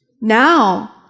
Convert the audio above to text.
Now